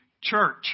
Church